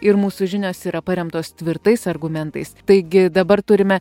ir mūsų žinios yra paremtos tvirtais argumentais taigi dabar turime